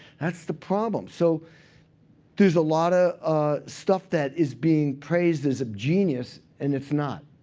that's the problem. so there's a lot of stuff that is being praised as a genius, and it's not.